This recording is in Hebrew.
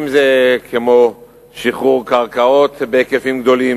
כמו שחרור קרקעות בהיקפים גדולים,